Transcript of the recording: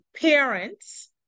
parents